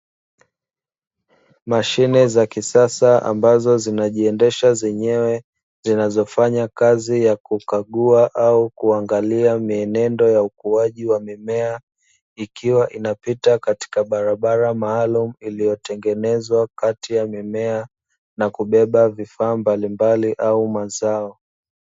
Mashine za kisasa ambazo zinajiendesha zenyewe zinazofanya kazi ya kukagua au kuangalia mienendo ya ukuaji wa mimea, ikiwa inapita katika barabara maalumu iliyotengenezwa kati ya mimea na kubeba vifaa mbalimbali au mazao.